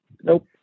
nope